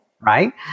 Right